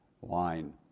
wine